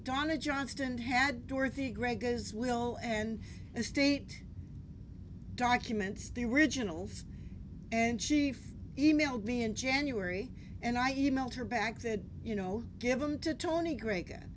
donna johnston had dorothy gregg has will and estate documents the originals and chief e mailed me in january and i emailed her back that you know give them to tony gre